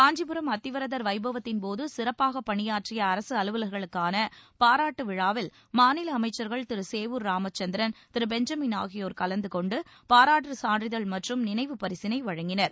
காஞ்சிபுரம் அத்திவரதர் வைபவத்தின்போது சிறப்பாகப் பணியாற்றிய அரசு அலுவலர்களுக்கான பாராட்டு விழாவில் மாநில அமைச்சர்கள் திரு சேவூர் ராமச்சந்திரன் திரு பெஞ்சமின் ஆகியோர் கலந்து கொண்டு பாராட்டுச் சான்றிதழ் மற்றும் நினைவுப் பரிசினை வழங்கினர்